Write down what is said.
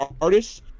artists